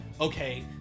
okay